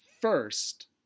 first